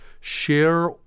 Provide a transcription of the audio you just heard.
share